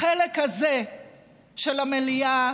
חוק הלאום